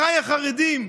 אחיי החרדים,